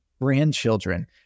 grandchildren